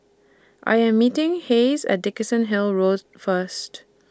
I Am meeting Hayes At Dickenson Hill Road First